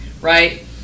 right